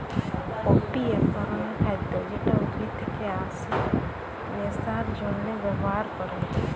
poppy এক ধরণের খাদ্য যেটা উদ্ভিদ থেকে আসে নেশার জন্হে ব্যবহার ক্যরে